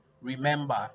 Remember